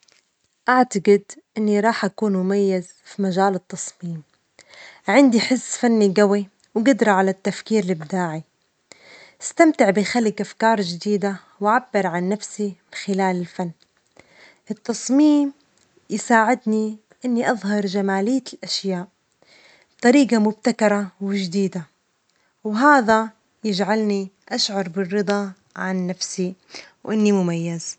أعتجد إني راح أكون مميز في مجال التصميم، عندي حس فني جوي وجدرة على التفكير الإبداعي، أستمتع بخلج أفكار جديدة وأعبر عن نفسي من خلال الفن، التصميم يساعدني إني أظهر جمالية الأشياء بطريجة مبتكرة وجديدة، وهذا يجعلني أشعر بالرضا عن نفسي و إني مميز.